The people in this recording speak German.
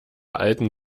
alten